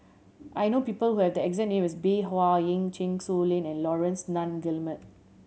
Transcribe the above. I know people who have the exact name as Bey Hua Heng Chen Su Lan and Laurence Nunns Guillemard